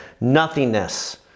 nothingness